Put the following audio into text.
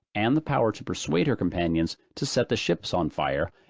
and the power to persuade her companions, to set the ships on fire,